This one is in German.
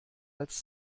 als